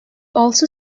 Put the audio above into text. also